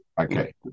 Okay